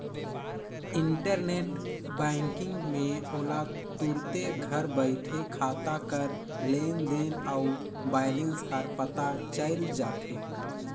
internet banking में ओला तुरते घर बइठे खाता कर लेन देन अउ बैलेंस हर पता चइल जाथे